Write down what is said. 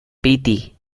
piti